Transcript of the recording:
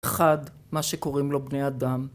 אחד, מה שקוראים לו בני אדם